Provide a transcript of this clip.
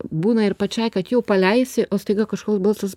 būna ir pačiai kad jau paleisi o staiga kažkoks balsas